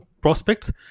prospects